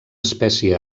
espècie